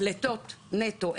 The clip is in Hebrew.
פליטות נטו,